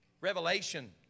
Revelation